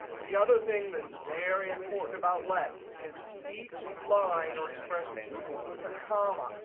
the other thing that's very important about let is each line or expression ends with a comma.